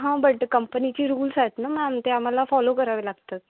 हां बट कंपनीचे रूल्स आहेत ना मॅम ते आम्हाला फॉलो करावे लागतात